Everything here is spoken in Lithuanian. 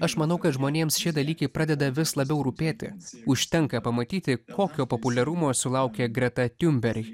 aš manau kad žmonėms šie dalykai pradeda vis labiau rūpėti užtenka pamatyti kokio populiarumo sulaukė greta tiumberg